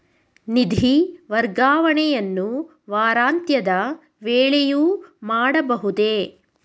ನಿಧಿ ವರ್ಗಾವಣೆಯನ್ನು ವಾರಾಂತ್ಯದ ವೇಳೆಯೂ ಮಾಡಬಹುದೇ?